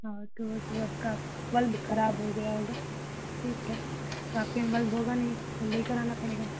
हाँ तो उस वो आपका बल्ब खराब हो गया होगा ठीक है तो आपके में बल्ब होगा नहीं तो लेकर आना पड़ेगा